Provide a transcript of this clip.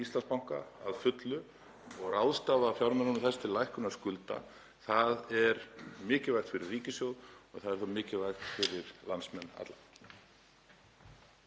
Íslandsbanka að fullu og ráðstafa fjármununum til lækkunar skulda. Það er mikilvægt fyrir ríkissjóð og það er mikilvægt fyrir landsmenn alla.